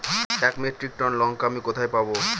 এক metric ton লঙ্কা আমি কোথায় পাবো?